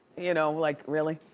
you know, like really.